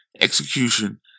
execution